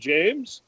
James